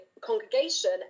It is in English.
congregation